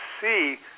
see